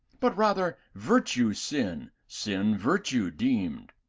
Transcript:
but, rather, virtue sin, sin virtue deemed.